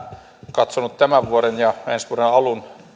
katsonut tämän vuoden ja ensi vuoden alun